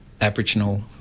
aboriginal